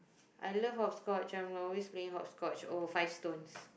I love hopscotch I'm always playing hopscotch she own a five stones